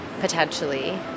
potentially